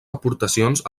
aportacions